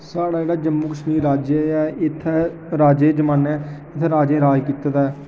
साढ़ा जेह्ड़ा जम्मू कश्मीर राज्य ऐ इत्थै राजे दे जमानें राजें राज कीते दा ऐ